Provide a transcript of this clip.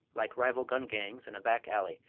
like rival gun gangs in a back alley,